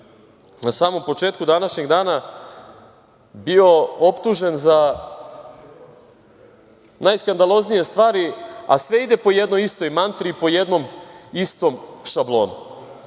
na samom početku današnjeg dana bio optužen za najskandaloznije stvari, a sve ide po jednoj istoj mantri i po jednom istom šablonu.